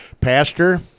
Pastor